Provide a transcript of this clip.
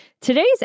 today's